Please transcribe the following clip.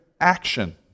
Action